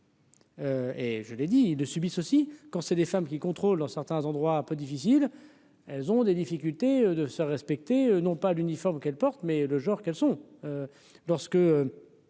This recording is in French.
Et je l'ai dit de subissent aussi quand c'est des femmes qui contrôle en certains endroits un peu difficile, elles ont des difficultés de sa respecter non pas l'uniforme qu'elle porte mais le genre qu'elles sont.